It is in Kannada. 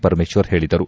ಪರಮೇಶ್ವರ್ ಹೇಳದರು